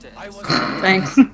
Thanks